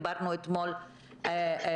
דיברנו אתמול בלילה.